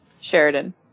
Sheridan